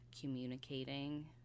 communicating